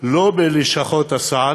לא בלשכות הסעד,